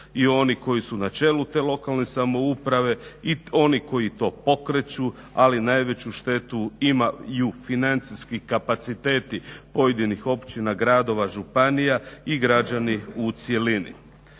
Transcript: i oni koji su na čelu te lokalne samouprave i oni koji to pokreću ali najveću štetu imaju financijski kapaciteti pojedinih općina, gradova, županija i građani u cjelini.